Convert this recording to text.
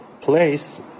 place